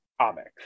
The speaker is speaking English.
comics